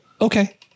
Okay